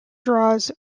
draws